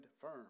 firm